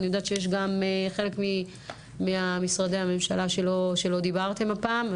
אני יודעת שיש גם חלק ממשרדי הממשלה שלא דיברתם הפעם.